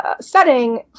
setting